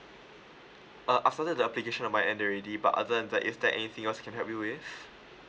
uh after that the application on my end already but other than that is there anything else I can help you with